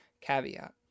caveat